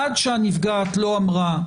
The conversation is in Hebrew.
עד שהנפגעת לא אמרה: